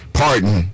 pardon